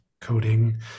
coding